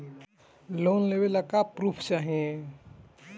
Loan लेवे ला का पुर्फ चाही?